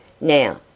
Now